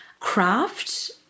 Craft